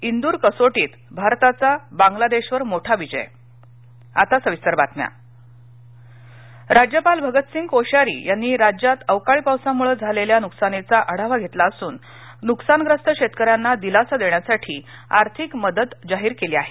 इंदूर कसोटीत भारताचा बांग्लादेशवर मोठा विजय आता सविस्तर बातम्या राज्यपाल मदत राज्यपाल भगतसिंग कोश्यारी यांनी राज्यात अवकाळी पावसामुळे झालेल्या नुकसानीचा आढावा घेतला असून नुकसानग्रस्त शेतक यांना दिलासा देण्यासाठी आर्थिक मदत जाहीर केली आहे